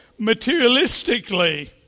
materialistically